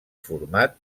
format